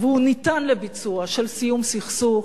והוא ניתן לביצוע, של סיום הסכסוך,